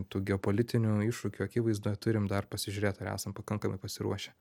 tų geopolitinių iššūkių akivaizdoj turim dar pasižiūrėt ar esam pakankamai pasiruošę